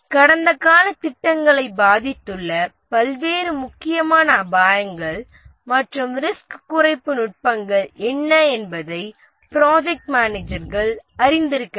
கடந்த கால திட்டங்களை பாதித்துள்ள பல்வேறு முக்கியமான அபாயங்கள் மற்றும் ரிஸ்க் குறைப்பு நுட்பங்கள் என்ன என்பதை ப்ராஜெக்ட் மேனேஜர்கள் அறிந்திருக்க வேண்டும்